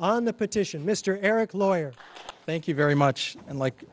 on the petition mr eric lawyer thank you very much and like